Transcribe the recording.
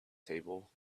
table